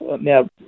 now